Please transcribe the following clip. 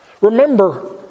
Remember